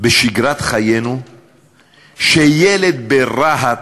בשגרת חיינו כשילד ברהט,